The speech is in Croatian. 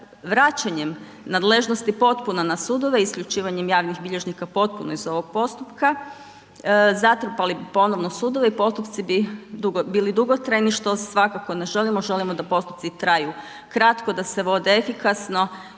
vraćanjem nadležnosti potpuno na sudove, isključivanjem javnih bilježnika potpuno iz ovog postupka, zatrpali bi ponovno sudove, postupci bi bili dugotrajni što svakako ne želimo, želimo da postupci traju kratko, da se vode efikasno